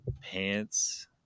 pants